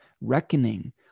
reckoning